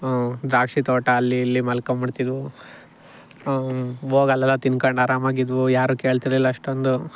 ದ್ರಾಕ್ಷಿ ತೋಟ ಅಲ್ಲಿ ಇಲ್ಲಿ ಮಲ್ಕೊಂಡು ಬಿಡ್ತಿದ್ವು ಹೋಗಿ ಅಲ್ಲೆಲ್ಲ ತಿನ್ಕೊಂಡು ಆರಾಮಾಗಿ ಇದ್ದೆವು ಯಾರು ಕೇಳ್ತಾಯಿರ್ಲಿಲ್ಲ ಅಷ್ಟೊಂದು